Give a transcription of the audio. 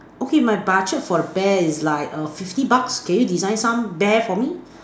okay my budget for the bear is like err fifty bucks can you design some bear for me